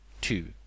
two